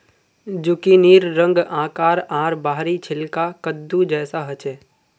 जुकिनीर रंग, आकार आर बाहरी छिलका कद्दू जैसा ह छे